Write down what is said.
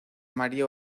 maría